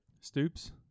Stoops